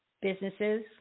businesses